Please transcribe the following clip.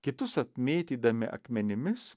kitus apmėtydami akmenimis